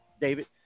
David